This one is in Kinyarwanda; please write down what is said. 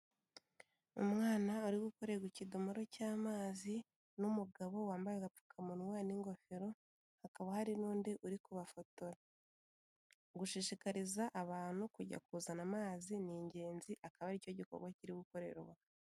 Umwana ari gukorerwa ikidomoro cy'amazi n'umugabo wambaye agapfukamunwa n'ingofero, hakaba hari n'undi uri kubafotora. Gushishikariza abantu kujya kuzana amazi, ni ingenzi akaba ari cyo gikorwa kiri gukore aha.